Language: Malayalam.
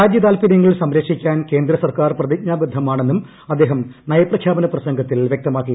രാജ്യ താത്പര്യങ്ങൾ സംരക്ഷിക്കാൻ കേന്ദ്രസർക്കാർ പ്രതിജ്ഞാബദ്ധമാണെന്നും അദ്ദേഹം നയപ്രഖ്യാപന പ്രസംഗത്തിൽ വ്യക്തമാക്കി